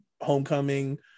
Homecoming